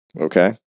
Okay